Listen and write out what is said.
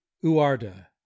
uarda